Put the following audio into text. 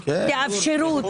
תאפשרו,